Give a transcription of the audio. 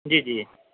جی جی